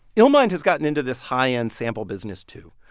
illmind has gotten into this high-end sample business, too.